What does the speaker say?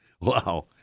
wow